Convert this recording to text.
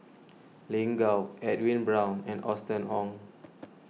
Lin Gao Edwin Brown and Austen Ong